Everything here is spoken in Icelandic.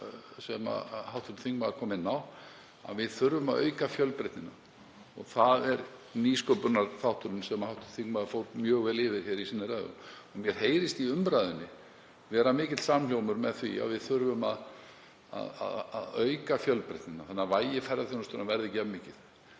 sem hv. þingmaður kom inn á, við þurfum að auka fjölbreytnina. Það er nýsköpunarþátturinn sem hv. þingmaður fór mjög vel yfir í sinni ræðu sinni. Mér heyrist í umræðunni vera mikill samhljómur með því að við þurfum að auka fjölbreytnina þannig að vægi ferðaþjónustunnar verði ekki jafn mikið.